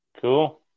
Cool